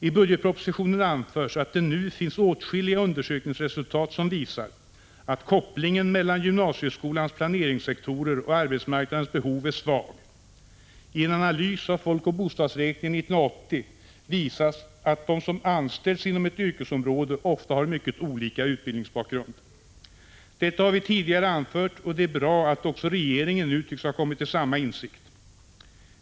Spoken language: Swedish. I budgetpropositionen anförs, att det nu finns åtskilliga undersökningsresultat som visar att kopplingen mellan gymna sieskolans planeringssektorer och arbetsmarknadens behov är svag. I en analys av folkoch bostadsräkningen 1980 visas att de som anställts inom ett yrkesområde ofta har mycket olika utbildningsbakgrund. Detta har vi tidigare anfört, och det är bra att också regeringen nu tycks ha kommit till samma insikt.